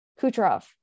Kucherov